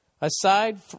Aside